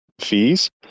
Fees